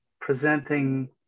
presenting